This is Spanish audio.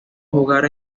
jugar